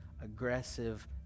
aggressive